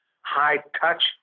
high-touch